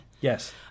Yes